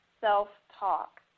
self-talk